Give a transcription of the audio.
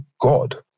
God